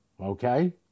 Okay